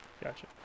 Gotcha